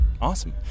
Awesome